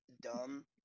dumb